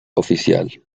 oficial